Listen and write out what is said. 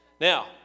Now